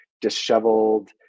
disheveled